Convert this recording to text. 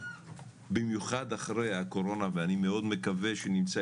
במיוחד אחרי הקורונה ואני מאוד מקווה שנמצא